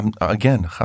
again